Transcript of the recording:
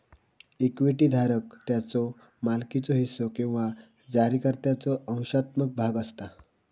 equity धारक त्याच्यो मालकीचो हिस्सो किंवा जारीकर्त्याचो अंशात्मक भाग असता